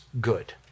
good